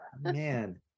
Man